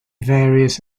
various